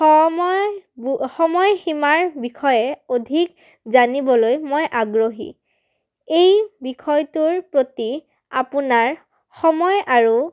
সময় সময়সীমাৰ বিষয়ে অধিক জানিবলৈ মই আগ্ৰহী এই বিষয়টোৰ প্ৰতি আপোনাৰ সময় আৰু